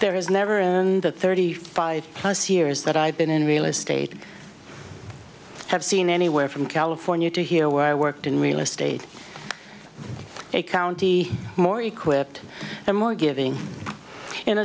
there is never and the thirty five plus years that i've been in real estate have seen anywhere from california to here where i worked in real estate a county more equipped and more giving in